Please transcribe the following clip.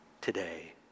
today